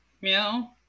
meow